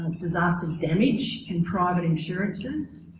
um disaster damage in private insurances